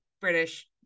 British